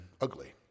ugly